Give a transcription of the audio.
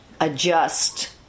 Adjust